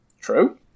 True